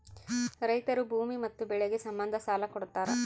ರೈತರು ಭೂಮಿ ಮತ್ತೆ ಬೆಳೆಗೆ ಸಂಬಂಧ ಸಾಲ ಕೊಡ್ತಾರ